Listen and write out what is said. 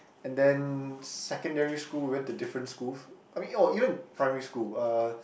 and then secondary school we went to different schools I mean oh even primary school uh